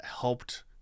helped